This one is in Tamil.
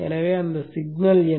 எனவே அந்த சிக்னல் என்ன